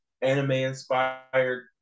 Anime-inspired